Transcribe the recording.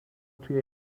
توی